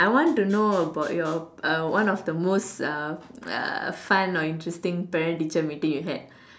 I want to know about your one of your most uh uh fun or interesting parent teacher meeting you had